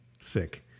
Sick